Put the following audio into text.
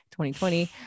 2020